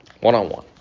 one-on-one